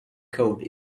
code